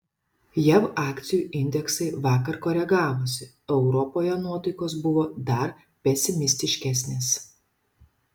jav akcijų indeksai vakar koregavosi o europoje nuotaikos buvo dar pesimistiškesnės